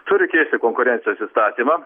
turi keisti konkurencijos įstatymą